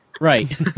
Right